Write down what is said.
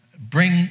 bring